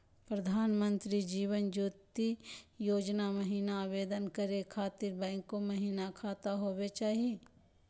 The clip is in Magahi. प्रधानमंत्री जीवन ज्योति योजना महिना आवेदन करै खातिर बैंको महिना खाता होवे चाही?